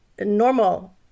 normal